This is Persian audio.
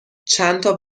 چندتا